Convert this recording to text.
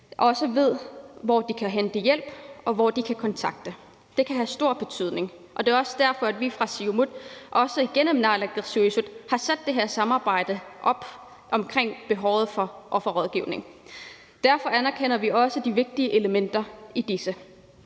også ved, hvor de kan hente hjælp, og hvem de kan kontakte. Det kan have stor betydning, og det er også derfor, vi fra Siumuts side, også igennem naalakkersuisut, har sat det her samarbejde op omkring behovet for offerrådgivning. Derfor anerkender vi også de vigtige elementer i dette,